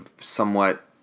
somewhat